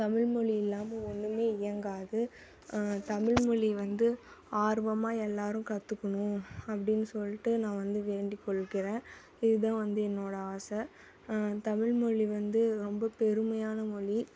தமிழ்மொழி இல்லாமல் ஒன்றுமே இயங்காது தமிழ்மொழி வந்து ஆர்வமாக எல்லோரும் கற்றுக்குணும் அப்படின்னு சொல்லிட்டு நான் வந்து வேண்டிக்கொள்கிறேன் இதுதான் வந்து என்னோடய ஆசை தமிழ்மொழி வந்து ரொம்ப பெருமையான மொழி